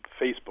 Facebook